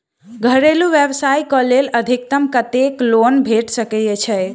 घरेलू व्यवसाय कऽ लेल अधिकतम कत्तेक लोन भेट सकय छई?